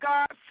God